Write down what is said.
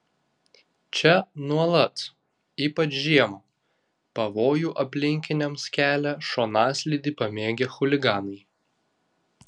čia nuolat ypač žiemą pavojų aplinkiniams kelia šonaslydį pamėgę chuliganai